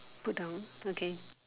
put down okay